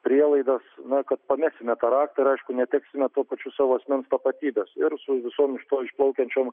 prielaidas na kad pamesime tą raktą ir aišku neteksime tuo pačiu savo asmens tapatybės ir su visom iš to išplaukiančiom